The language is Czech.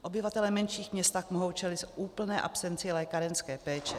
Obyvatelé menších měst tak mohou čelit úplné absenci lékárenské péče.